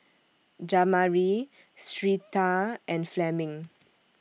Jamari Syreeta and Fleming